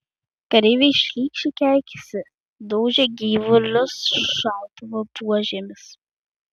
kareiviai šlykščiai keikėsi daužė gyvulius šautuvų buožėmis